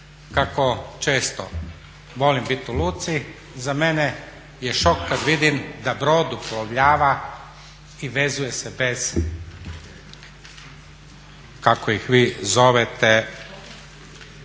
Kako često volim biti u luci za mene je šok kad vidim da brod uplovljava i vezuje se bez kako ih vi zovete